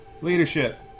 leadership